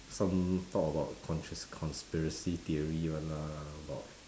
some talk about cons~ conspiracy theory one lah about